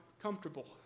comfortable